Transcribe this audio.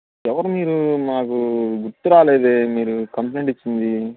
ఎవరు మీరు నాకు గుర్తురాలేదే మీరు కంప్లయింట్ ఇచ్చింది